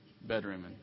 bedroom